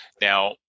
Now